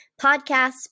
podcasts